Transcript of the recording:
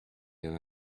than